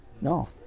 No